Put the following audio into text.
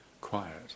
quiet